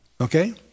Okay